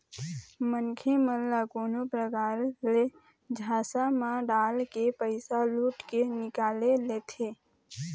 मनखे मन ल कोनो परकार ले झांसा म डालके पइसा लुट के निकाल लेथें